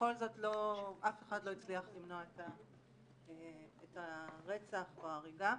ובכל זאת אף אחד לא הצליח למנוע את הרצח או ההריגה.